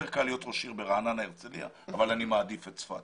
יותר קל להיות ראש עיר ברעננה או בהרצליה אבל אני מעדיף את צפת.